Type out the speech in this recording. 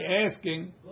asking